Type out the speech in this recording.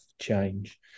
change